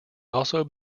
also